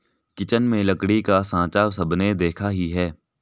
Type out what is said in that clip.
kitchen में लकड़ी का साँचा सबने देखा ही है